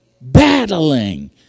battling